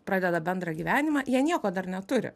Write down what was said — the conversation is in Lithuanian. pradeda bendrą gyvenimą jie nieko dar neturi